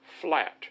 flat